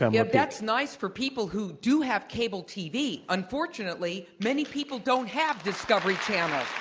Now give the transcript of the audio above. um yeah, that's nice for people who do have cable tv. unfortunately, many people don't have discovery channel.